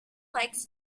likes